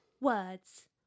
words